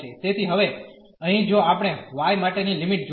તેથી હવે અહીં જો આપણે y માટેની લિમિટ જોઈએ